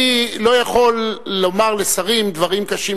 אני לא יכול לומר לשרים דברים קשים